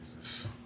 Jesus